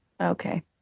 Okay